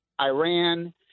Iran